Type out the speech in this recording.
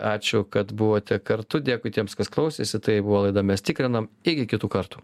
ačiū kad buvote kartu dėkui tiems kas klausėsi tai buvo laida mes tikrinam iki kitų kartų